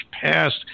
passed